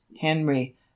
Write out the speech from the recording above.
Henry